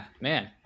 man